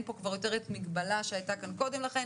פה כבר יותר את המגבלה שהיתה כאן קודם לכן,